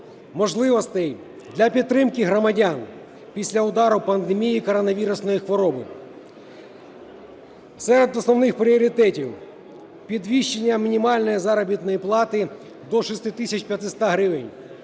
можливостей для підтримки громадян після удару пандемії коронавірусної хвороби. Серед основних пріоритетів: підвищення мінімальної заробітної плати до 6500 гривень;